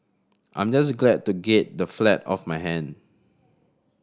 I'm just glad to get the flat off my hand